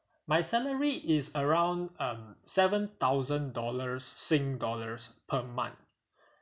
my salary is around um seven thousand dollars sing dollars per month